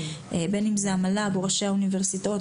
בין אם זה המל"ג או ראשי האוניברסיטאות,